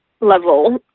level